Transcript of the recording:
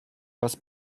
was